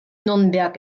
nürnberg